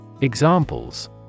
Examples